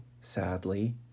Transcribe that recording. sadly